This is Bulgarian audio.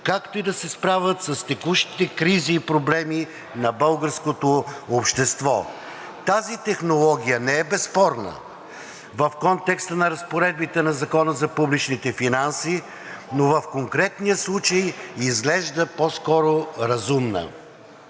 както и да се справят с текущите кризи и проблеми на българското общество. Тази технология не е безспорна в контекста на разпоредбите на Закона за публичните финанси, но в конкретния случай изглежда по-скоро разумна.